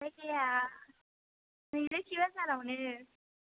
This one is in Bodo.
जायगाया नै लोखि बाजारावनो